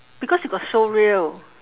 because you got showreel